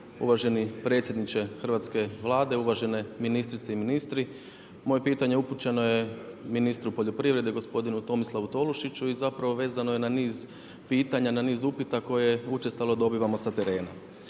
Uvaženi predsjedniče hrvatske Vlade, uvažene ministrice i ministri. Moje pitanje upućeno je ministru poljoprivrede gospodinu Tomislavu Tolušiću i vezano je na niz pitanja, na niz upita koje učestalo dobivamo sa terena.